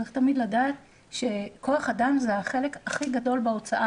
צריך תמיד לדעת שכח אדם זה החלק הכי גדול בהוצאה.